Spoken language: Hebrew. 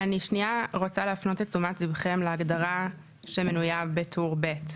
אני שנייה רוצה להפנות את תשומת לבכם להגדרה שמנויה בטור ב'.